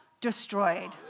destroyed